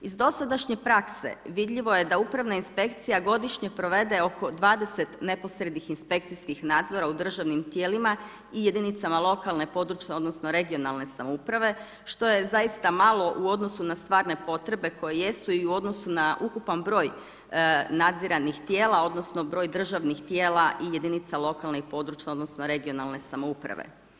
Iz dosadašnje prakse vidljivo je da Upravna inspekcija godišnje provede oko 20 neposrednih inspekcijskih nadzora u državnim tijelima i jedinicama lokalne, područne odnosno regionalne samouprave što je zaista malo u odnosu na stvarne potrebe koje jesu i u odnosu na ukupan broj nadziranih tijela, odnosno broj državnih tijela i jedinica lokalne i područne, odnosno regionalne samouprave.